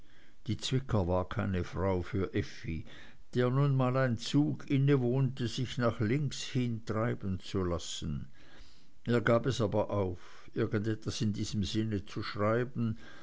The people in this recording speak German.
die zwicker war keine frau für effi der nun mal ein zug innewohnte sich nach links hin treiben zu lassen er gab es aber auf irgendwas in diesem sinne zu schreiben